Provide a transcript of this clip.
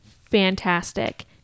fantastic